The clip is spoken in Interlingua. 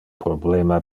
problema